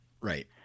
Right